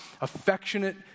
affectionate